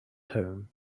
home